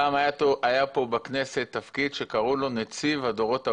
פעם היה פה בכנסת תפקיד שקראו לו: נציב הדורות הבאים.